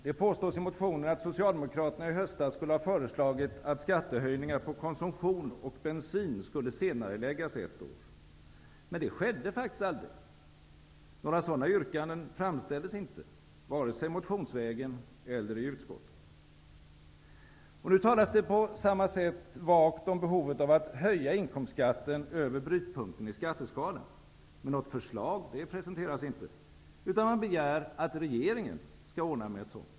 Det påstås i motionen att Socialdemokraterna i höstas skulle ha föreslagit att skattehöjningar på konsumtion och bensin skulle senareläggas ett år. Men det skedde faktiskt aldrig. Några sådana yrkanden framställdes inte vare sig motionsvägen eller i utskottet. Nu talas det på samma sätt vagt om behovet av att höja inkomstskatten över brytpunkten i skatteskalan. Men något förslag presenteras inte, utan man begär att regeringen skall ordna med ett sådant.